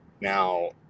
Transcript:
now